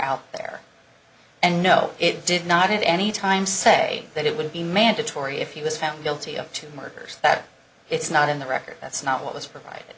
out there and no it did not at any time say that it would be mandatory if he was found guilty of two murders that it's not in the record that's not what was provided